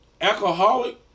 alcoholic